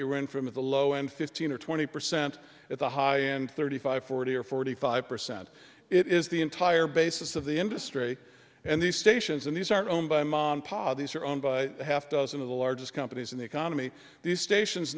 from the low end fifteen or twenty percent at the high end thirty five forty or forty five percent it is the entire basis of the industry and these stations and these are owned by ma and pa these are owned by half dozen of the largest companies in the economy these stations